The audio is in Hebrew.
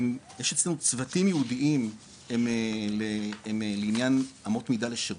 יש אצלנו צוותים יעודים לעניין אמות מידה לשירות,